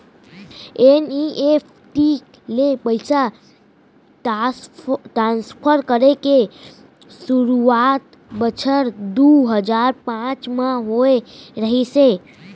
NEFT ले पइसा transfer करे के सुरूवात बछर दू हजार पॉंच म होय रहिस हे